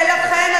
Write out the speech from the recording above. ולכן,